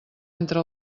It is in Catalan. entra